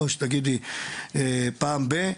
לא שתגידי פעם ב...